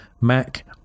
Mac